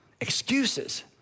excuses